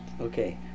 Okay